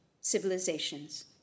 civilizations